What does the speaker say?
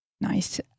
Nice